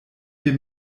wir